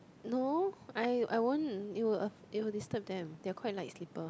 no I I won't it will it will disturb them they are quite light sleeper